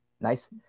nice